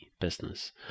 business